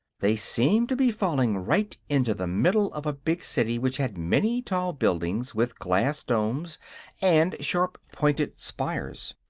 they seemed to be falling right into the middle of a big city which had many tall buildings with glass domes and sharp-pointed spires.